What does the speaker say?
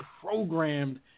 programmed